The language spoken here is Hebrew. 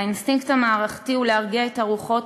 האינסטינקט המערכתי הוא להרגיע את הרוחות,